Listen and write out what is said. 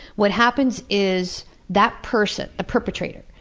what happens is that person, the perpetrator,